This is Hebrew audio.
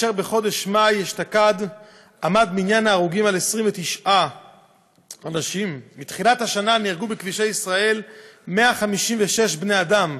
ובחודש מאי אשתקד היה מניין ההרוגים 29. מתחילת השנה נהרגו בכבישי ישראל 156 בני אדם,